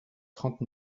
trente